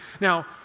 Now